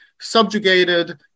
subjugated